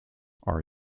are